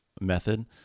method